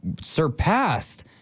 surpassed